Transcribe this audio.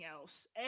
else